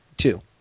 Two